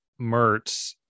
Mertz